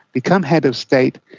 become head of state,